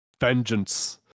Vengeance